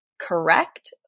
correct